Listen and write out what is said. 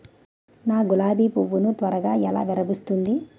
నా గులాబి పువ్వు ను త్వరగా ఎలా విరభుస్తుంది?